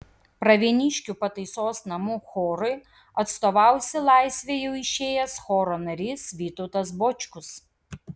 pravieniškių pataisos namų chorui atstovaus į laisvę jau išėjęs choro narys vytautas bočkus